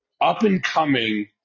up-and-coming